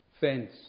fence